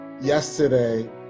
yesterday